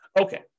Okay